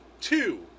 Two